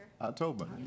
October